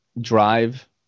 drive